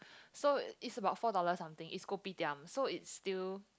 so is about four dollar something is kopitiam so it's still